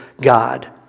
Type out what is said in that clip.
God